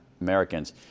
Americans